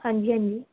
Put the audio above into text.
ਹਾਂਜੀ ਹਾਂਜੀ